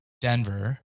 Denver